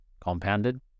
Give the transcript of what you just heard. compounded